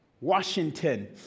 Washington